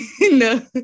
no